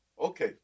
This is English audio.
Okay